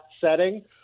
setting